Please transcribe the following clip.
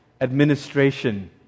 administration